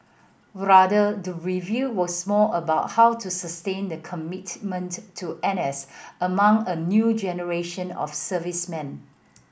rather the review was more about how to sustain the commitment to N S among a new generation of servicemen